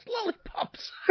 lollipops